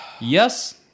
Yes